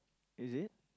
is it